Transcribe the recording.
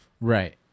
Right